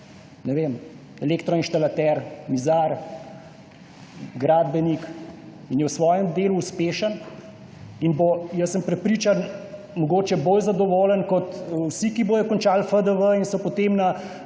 ne vem, elektroinštalater, mizar, gradbenik, in je v svojem delu uspešen ter bo, jaz sem prepričan, mogoče bolj zadovoljen kot vsi, ki bodo končali FDV in so potem na